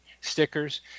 stickers